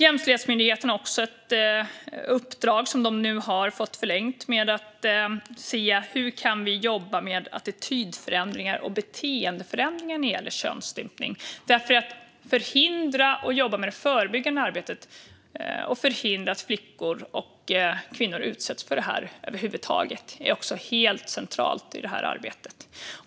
Jämställdhetsmyndigheten har också ett uppdrag, som nu har förlängts, för att se hur vi kan jobba med attityd och beteendeförändringar när det gäller könsstympning. Att förhindra och jobba med det förebyggande arbetet och förhindra att flickor och kvinnor utsätts för det här över huvud taget är också helt centralt i det här arbetet.